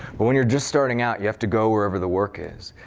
but when you're just starting out, you have to go wherever the work is.